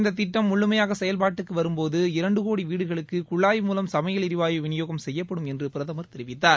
இந்த திட்டம் முழுமையாக செயல்பாட்டுக்கு வரும்போது இரண்டு கோடி வீடுகளுக்கு குழாய் மூலம் சமையல் எரிவாயு விநியோகம் செய்யப்படும் என்று பிரதமர் தெரிவித்தார்